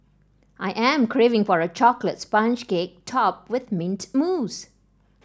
I am craving for a chocolates sponge cake topped with mint mousse